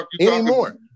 anymore